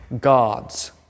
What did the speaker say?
gods